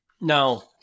Now